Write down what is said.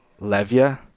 Levia